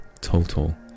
total